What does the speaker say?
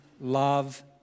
love